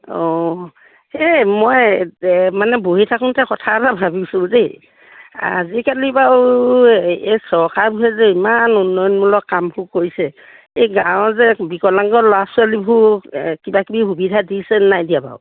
অঁ সেই মই মানে বহি থাকোঁতে কথা এটা ভাবিছোঁ দেই আজিকালি বাৰু এই চৰকাৰবোৰে যে ইমান উন্নয়নমূলক কামবোৰ কৰিছে এই গাঁৱত যে বিকলাংগ ল'ৰা ছোৱালীবোৰ কিবা কিবি সুবিধা দিছে নাই দিয়া বাৰু